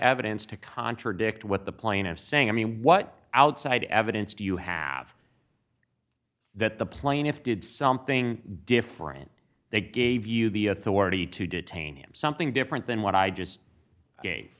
evidence to contradict what the playing of saying i mean what outside evidence do you have that the plaintiff did something different they gave you the authority to detain him something different than what i just gave